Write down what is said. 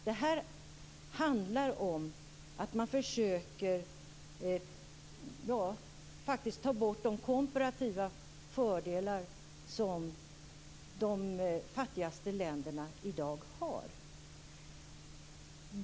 Det handlar om att försöka ta bort de komparativa fördelar som de fattigaste länderna har i dag.